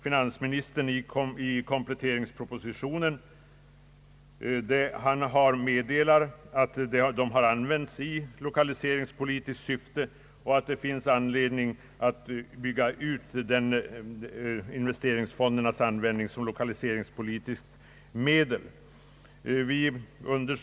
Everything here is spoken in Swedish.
Finansministern framhåller i kompletteringspropositionen att det finns anledning att bygga ut investeringsfondernas användning som lokaliseringspolitiskt medel.